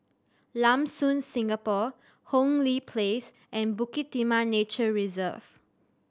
Lam Soon Singapore Hong Lee Place and Bukit Timah Nature Reserve